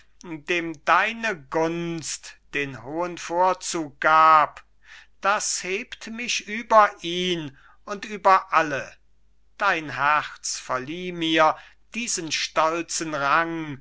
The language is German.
dem deine gunst den hohen vorzug gab das hebt mich über ihn und über alle dein herz verlieh mir diesen stolzen rang